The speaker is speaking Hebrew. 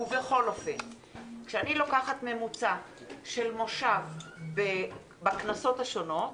כשאני לוקחת ממוצע של מושב בכנסות השונות,